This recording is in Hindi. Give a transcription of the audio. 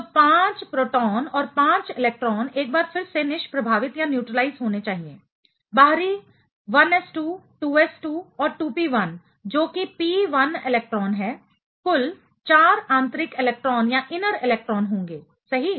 तो 5 प्रोटॉन और 5 इलेक्ट्रॉन एक बार फिर से निष्प्रभावित होने चाहिए बाहरी 1s2 2s2 और 2p1 जो कि p1 इलेक्ट्रॉन है कुल 4 आंतरिक इलेक्ट्रॉन इनर इलेक्ट्रॉन होंगे सही